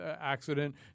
accident